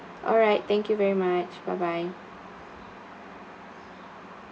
alright thank you very much bye bye